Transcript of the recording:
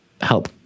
help